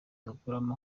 dukuramo